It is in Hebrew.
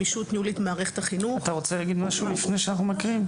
אתה רוצה להגיד משהו לפני שאנחנו מקריאים,